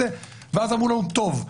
ואז אמרו לנו בסדר,